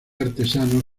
artesanos